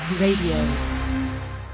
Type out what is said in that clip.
radio